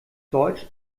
deutsch